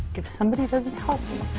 if somebody doesn't help